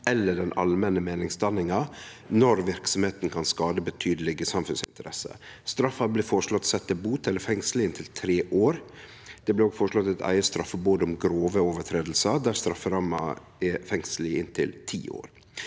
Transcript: eller den allmenne meiningsdanninga når verksemda kan skade betydelege samfunnsinteresser. Straffa blir føreslått sett til bot eller fengsel i inntil tre år. Det blir òg føreslått eit eige straffebod om grove lovbrot, der strafferamma er fengsel i inntil ti år.